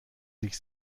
sich